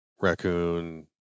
raccoon